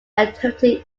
activity